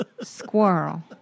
squirrel